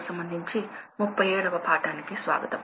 industrial automation మరియు control పాఠానికి స్వాగతం